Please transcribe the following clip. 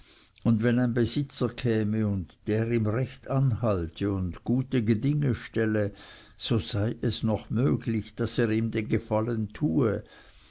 und wenn ein besitzer käme und der ihm recht an halte und gute gedinge stelle so sei es noch möglich daß er ihm den gefallen tue